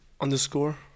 underscore